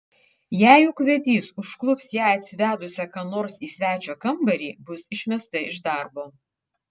jei ūkvedys užklups ją atsivedusią ką nors į svečio kambarį bus išmesta iš darbo